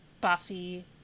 Buffy